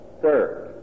Third